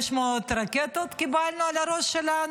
500 רקטות קיבלנו על הראש שלנו.